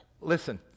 listen